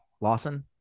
Lawson